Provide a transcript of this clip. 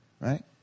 right